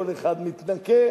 כל אחד מתנקה.